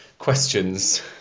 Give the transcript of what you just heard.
Questions